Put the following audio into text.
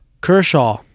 Kershaw